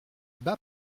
bas